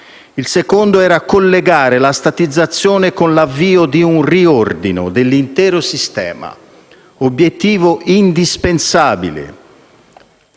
obiettivo era collegare la statizzazione con l'avvio di un riordino dell'intero sistema; obiettivo indispensabile,